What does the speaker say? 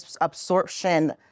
absorption